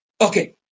Okay